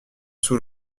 sous